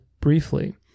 briefly